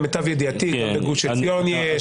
למיטב ידיעתי גם בגוש עציון יש,